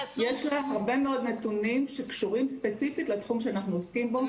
יש לה הרבה מאוד נתונים שקשורים ספציפית לתחום שאנחנו עוסקים בו.